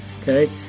Okay